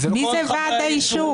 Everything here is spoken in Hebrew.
מי זה ועד היישוב?